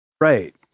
Right